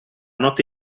notte